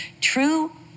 True